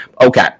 Okay